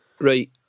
right